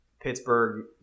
Pittsburgh